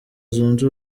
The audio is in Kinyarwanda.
zunze